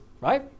right